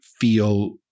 feel